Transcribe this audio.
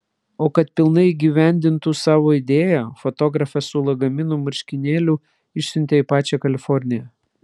o kad pilnai įgyvendintų savo idėją fotografę su lagaminu marškinėlių išsiuntė į pačią kaliforniją